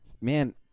Man